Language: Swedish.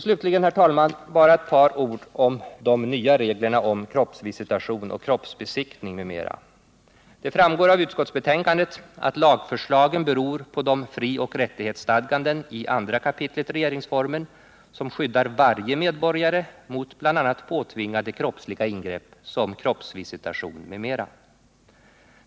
Slutligen, herr talman, bara ett par ord om de nya lagreglerna om kroppsvisitation och kroppsbesiktning m.m. Det framgår av utskottsbetänkandet att lagförslagen beror på de frioch rättighetsstadganden i 2 kap. regeringsformen som skyddar varje medborgare mot bl.a. påtvingade kroppsliga ingrepp såsom kroppsvisitation m.m.